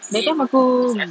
that time aku